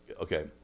Okay